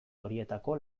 horietako